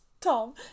Tom